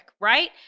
right